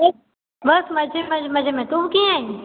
बसि बसि मज़े मज़े मज़े में तूं कीअं आईं